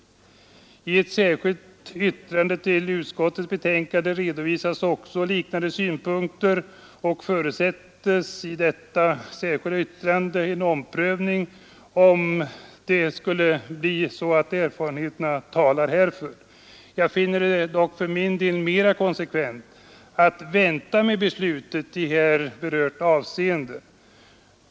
I ett särskilt yttrande till utskottets betänkande redovisas också liknande synpunkter, och man förutsätter i detta särskilda yttrande en omprövning, om det skulle bli så att erfarenheterna talar härför. Jag finner det dock för min del mera konsekvent att vänta med beslutet i här berört avseende.